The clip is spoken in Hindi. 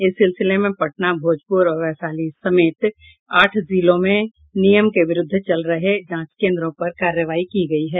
इस सिलसिले में पटना भोजपुर और वैशाली समेत आठ जिलों में नियम के विरूद्ध चल रहे जांच केंद्रों पर कार्रवाई की गयी है